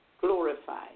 glorified